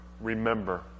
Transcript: remember